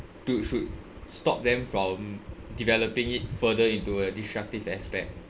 to should stop them from developing it further into a destructive aspect